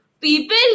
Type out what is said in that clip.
people